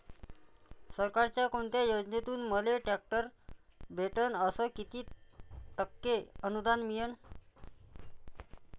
सरकारच्या कोनत्या योजनेतून मले ट्रॅक्टर भेटन अस किती टक्के अनुदान मिळन?